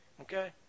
Okay